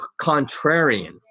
contrarian